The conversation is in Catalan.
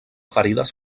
ferides